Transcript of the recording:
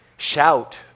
Shout